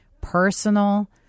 personal